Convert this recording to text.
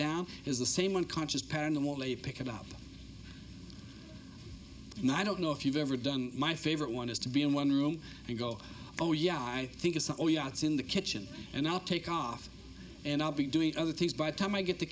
down is the same unconscious paranormal they pick it up and i don't know if you've ever done my favorite one is to be in one room and go oh yeah i think it's all yachts in the kitchen and i'll take off and i'll be doing other things by the time i get the